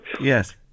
Yes